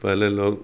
پہلے لوگ